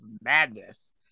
Madness